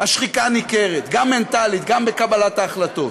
השחיקה ניכרת, גם מנטלית, גם בקבלת ההחלטות.